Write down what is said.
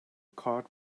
card